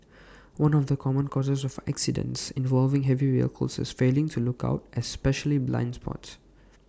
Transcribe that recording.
one of the common causes of accidents involving heavy vehicles is failing to look out especially blind spots